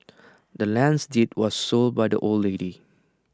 the land's deed was sold by the old lady